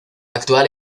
actual